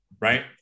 Right